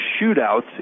shootouts